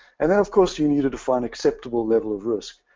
and now of course you need to define acceptable level of risk.